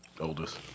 oldest